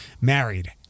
married